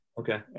Okay